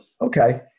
Okay